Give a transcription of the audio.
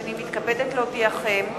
הנני מתכבדת להודיעכם,